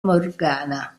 morgana